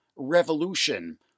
revolution